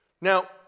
Now